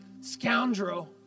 scoundrel